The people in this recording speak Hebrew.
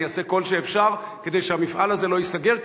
ואני אעשה כל שאפשר כדי שהמפעל הזה לא ייסגר,